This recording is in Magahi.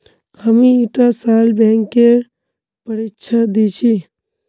हामी ईटा साल बैंकेर परीक्षा दी छि